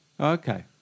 Okay